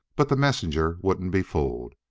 but the messenger wouldn't be fooled.